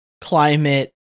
climate